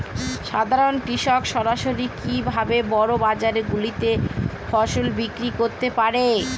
সাধারন কৃষক সরাসরি কি ভাবে বড় বাজার গুলিতে ফসল বিক্রয় করতে পারে?